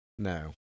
No